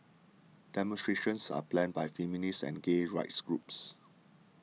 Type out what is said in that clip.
demonstrations are planned by feminist and gay rights groups